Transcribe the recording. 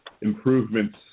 improvements